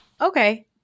Okay